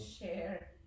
share